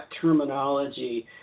terminology